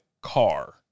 car